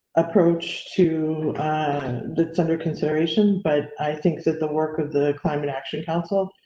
approach to that's under consideration. but i think that the work of the climate action council